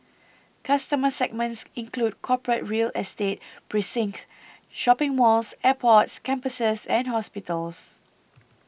customer segments include corporate real estate precincts shopping malls airports campuses and hospitals